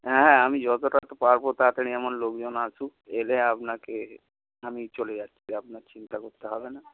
হ্যাঁ হ্যাঁ আমি যতটা পারব তাড়াতাড়ি আমার লোকজন আসুক এলে আপনাকে আমি চলে যাচ্ছি আপনার চিন্তা করতে হবে না